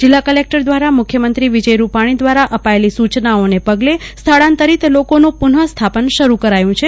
જિલ્લા કલકટર દવારા મુખ્યમંત્રો વિજય રૂપાણી દવારા અપાયેલી સુચનાઓને પગલે સ્થળાંતરીત લોકોન પુનઃસ્થાપન શરૂ કરાયુ છે